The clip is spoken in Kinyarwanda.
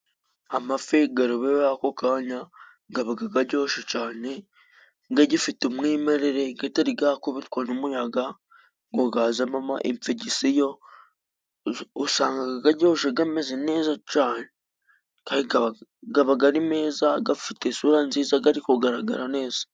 Amafi garobeweho ako kanya gabaga gajyoshe cane, gagifite umwimerere, gatari gakubitwa n'umuyaga ngo gazemo ama emfegisiyo. Usangaga gajyoshe gameze neza cane kandi gabaga ari meza, gafite isura nziza, gari kugaragara neza.